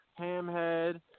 Hamhead